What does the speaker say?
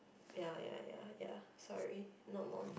ya ya ya ya sorry not most